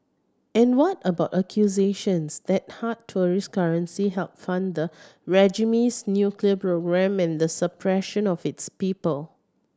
and what about accusations that hard tourist currency help fund the regime's nuclear program and the suppression of its people